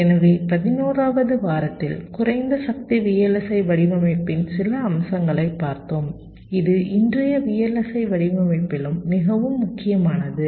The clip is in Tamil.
எனவே 11 வது வாரத்தில் குறைந்த சக்தி VLSI வடிவமைப்பின் சில அம்சங்களைப் பார்த்தோம் இது இன்றைய VLSI வடிவமைப்பிலும் மிகவும் முக்கியமானது